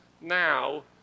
now